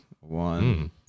one